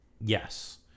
Yes